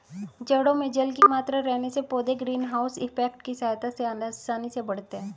जड़ों में जल की मात्रा रहने से पौधे ग्रीन हाउस इफेक्ट की सहायता से आसानी से बढ़ते हैं